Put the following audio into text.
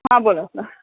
हा बोला सर